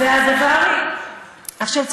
עכשיו,